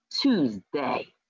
Tuesday